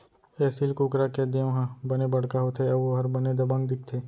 एसील कुकरा के देंव ह बने बड़का होथे अउ ओहर बने दबंग दिखथे